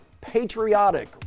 Patriotic